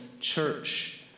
church